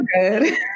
good